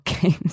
games